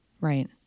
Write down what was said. right